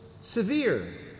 severe